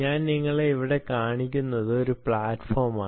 ഞാൻ നിങ്ങളെ ഇവിടെ കാണിക്കുന്നത് ഈ പ്ലാറ്റ്ഫോമാണ്